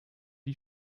die